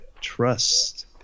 Trust